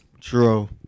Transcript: True